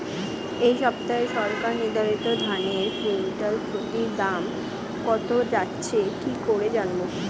এই সপ্তাহে সরকার নির্ধারিত ধানের কুইন্টাল প্রতি দাম কত যাচ্ছে কি করে জানবো?